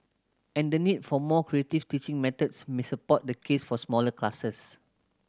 and the need for more creative teaching methods may support the case for smaller classes